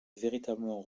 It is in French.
véritablement